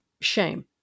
shame